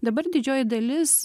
dabar didžioji dalis